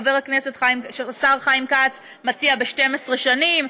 והשר חיים כץ מציע: ב-12 שנים,